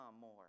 more